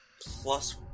plus